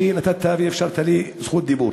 שנתת ואפשרת לי רשות דיבור.